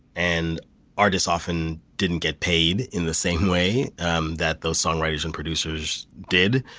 and artists often didn't get paid in the same way um that those songwriters and producers did,